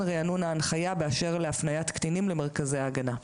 ריענון ההנחיה באשר להפניית קטינים למרכזי ההגנה.